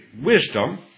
wisdom